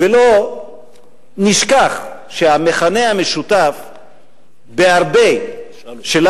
ולא נשכח שהמכנה המשותף שלנו,